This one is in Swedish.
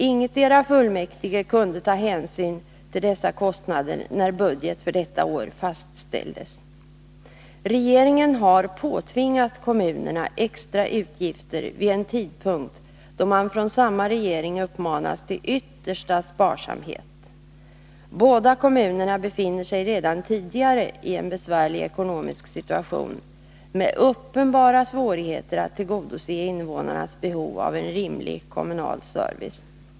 Ingen av fullmäktigeförsamling arna kunde ta hänsyn till dessa kostnader när budgeten för detta år fastställdes. Regeringen har påtvingat kommunerna extra utgifter vid en tidpunkt då man från samma regering uppmanas till yttersta sparsamhet. Båda kommunerna befinner sig redan tidigare i en besvärlig ekonomisk situation, med uppenbara svårigheter att tillgodose innevånarnas behov av en rimlig kommunal service.